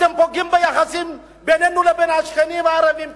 אתם פוגעים ביחסים בינינו לבין השכנים הערבים כאן.